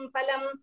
Palam